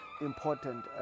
important